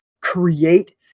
create